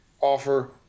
offer